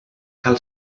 cal